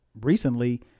recently